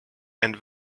and